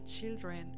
children